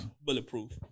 bulletproof